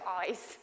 eyes